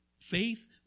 faith